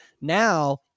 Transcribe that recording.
now